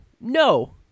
No